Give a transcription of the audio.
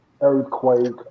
Earthquake